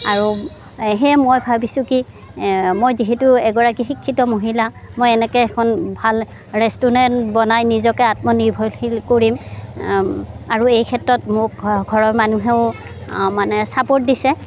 আৰু সেয়ে মই ভাবিছোঁ কি মই যিহেতু এগৰাকী শিক্ষিত মহিলা মই এনেকৈ এখন ভাল ৰেষ্টুৰেন্ট বনাই নিজকে আত্মনিৰ্ভৰশীল কৰিম আৰু এই ক্ষেত্ৰত মোক ঘৰৰ মানুহেও মানে চাপোৰ্ট দিছে